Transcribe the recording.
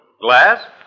Glass